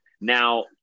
Now